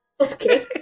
Okay